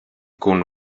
koenen